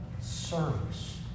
service